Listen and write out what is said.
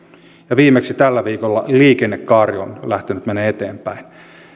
ja viimeksi tällä viikolla liikennekaari on lähtenyt menemään eteenpäin